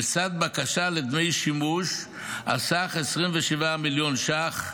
לצד בקשה לדמי שימוש על סך 27 מיליון ש"ח,